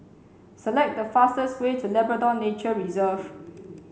select the fastest way to Labrador Nature Reserve